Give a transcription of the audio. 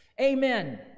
Amen